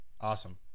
Awesome